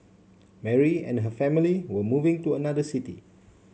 Mary and her family were moving to another city